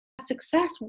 Success